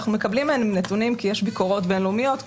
אנחנו מקבלים מהם נתונים כי יש ביקורות בין-לאומיות,